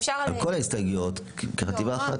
למה אי אפשר להצביע על כל ההסתייגויות כחטיבה אחת?